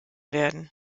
werden